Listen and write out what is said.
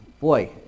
boy